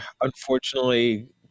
unfortunately